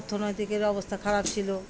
অর্থনৈতিকের অবস্থা খারাপ ছিল